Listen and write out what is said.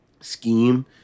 scheme